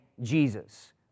Jesus